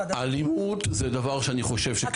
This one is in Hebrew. אלימות זה דבר שאני חושב שקיים.